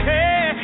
Hey